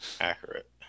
accurate